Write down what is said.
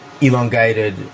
elongated